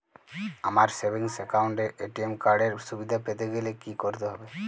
আমার savings account এ ATM card এর সুবিধা পেতে গেলে কি করতে হবে?